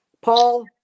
paul